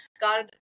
God